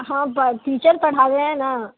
हाँ बस टीचर पढ़ा रहे हैं न